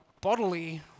bodily